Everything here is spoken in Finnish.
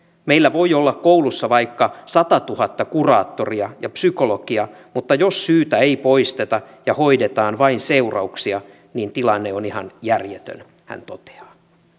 meillä voi olla koulussa vaikka satatuhatta kuraattoria ja psykologia mutta jos syytä ei poisteta ja hoidetaan vain seurauksia niin tilanne on ihan järjetön hän toteaa